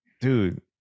dude